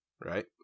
right